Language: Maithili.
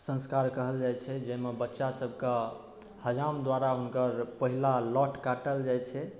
संस्कार कहल जाइ छै जाहिमे बच्चा सब के हजाम द्वारा हुनकर पहिला लट काटल जाइ छै